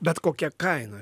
bet kokia kaina